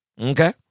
okay